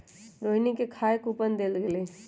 रोहिणी के खाए के कूपन देल गेलई